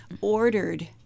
ordered